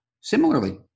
Similarly